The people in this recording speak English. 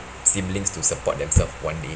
siblings to support themselves one day